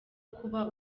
kubaha